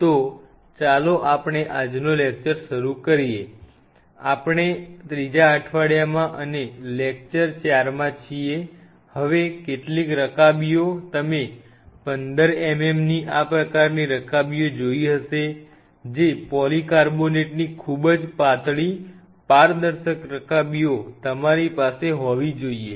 તો ચાલો આપણે આજનો લેક્ચર શરૂ કરીએ આપણે ત્રીજા અઠવાડિયામાં અને લેક્ચર 4માં છીએ હવે કેટલીક રકાબીઓ તમે 15 mm ની આ પ્રકારની રકાબીઓ જોઈ હશે જે પોલીકાર્બોનેટની ખૂબ જ પાતળી પારદર્શક રકાબીઓ તમારી પાસે હોવી જોઈએ